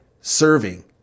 serving